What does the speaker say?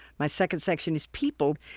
my second section is people.